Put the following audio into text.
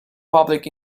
public